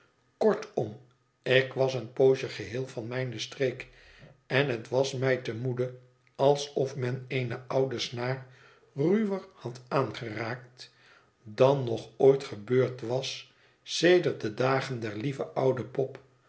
kortom ik was een poosje geheel van mijne streek en het was mij te moede alsof men eene oude snaar ruwer had aangeraakt dan nog ooit gebeurd was sedert de dagen der lieve oude pop